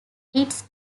its